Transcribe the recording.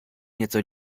nieco